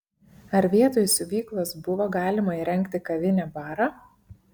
ar vietoj siuvyklos buvo galima įrengti kavinę barą